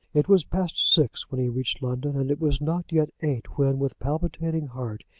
it was past six when he reached london, and it was not yet eight when, with palpitating heart,